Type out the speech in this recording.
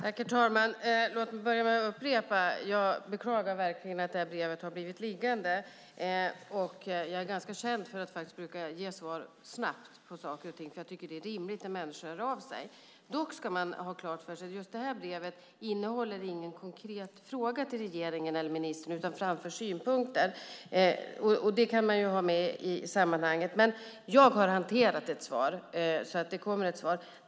Herr talman! Låt mig börja med att upprepa att jag verkligen beklagar att detta brev har blivit liggande. Jag är ganska känd för att jag brukar ge svar snabbt på saker och ting eftersom jag tycker att det är rimligt när människor hör av sig. Dock ska man ha klart för sig att just detta brev inte innehåller någon konkret fråga till regeringen eller till ministern utan det framförs synpunkter. Det kan man ha med i sammanhanget. Men jag har hanterat ett svar, så det kommer ett svar.